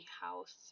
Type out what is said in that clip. house